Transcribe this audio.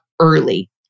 early